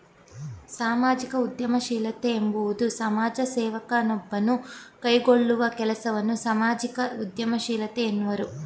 ಸಾಮಾಜಿಕ ಉದ್ಯಮಶೀಲತೆ ಎಂಬುವುದು ಸಮಾಜ ಸೇವಕ ನೊಬ್ಬನು ಕೈಗೊಳ್ಳುವ ಕೆಲಸವನ್ನ ಸಾಮಾಜಿಕ ಉದ್ಯಮಶೀಲತೆ ಎನ್ನುವರು